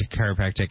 chiropractic